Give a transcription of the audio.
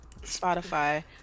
spotify